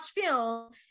film